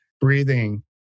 breathing